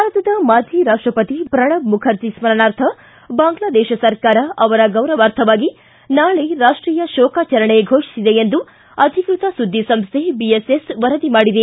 ಭಾರತದ ಮಾಜಿ ರಾಷ್ಟಸತಿ ಪ್ರಣಬ್ ಮುಖರ್ಜಿ ಸ್ಕರಣಾರ್ಥ ಬಾಂಗ್ಲಾದೇಶ ಸರ್ಕಾರ ಅವರ ಗೌರವಾರ್ಥವಾಗಿ ನಾಳೆ ರಾಷ್ಟೀಯ ಕೋಕಾಚರಣೆ ಫೋಷಿಸಿದೆ ಎಂದು ಅಧಿಕೃತ ಸುದ್ದಿ ಸಂಸ್ಥೆ ಬಿಎಸ್ಎಸ್ ವರದಿ ಮಾಡಿದೆ